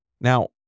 now